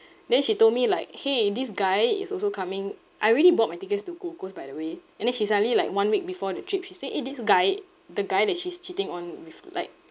then she told me like !hey! this guy is also coming I already bought my tickets to gold coast by the way and then she suddenly like one week before the trip she said eh this guy the guy that she's cheating on with like